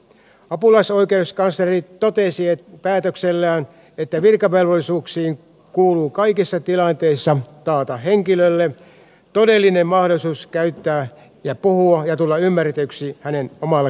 apulaisoikeuskansleri totesi päätöksellään että virkavelvollisuuksiin kuuluu kaikissa tilanteissa taata henkilölle todellinen mahdollisuus käyttää ja puhua hänen omaa kieltään ja tulla ymmärretyksi sillä